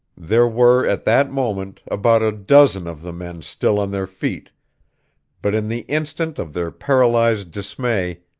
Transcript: there were, at that moment, about a dozen of the men still on their feet but in the instant of their paralyzed dismay,